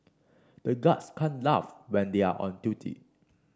the guards can't laugh when they are on duty